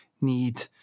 need